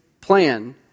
plan